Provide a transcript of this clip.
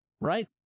right